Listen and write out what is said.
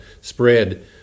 spread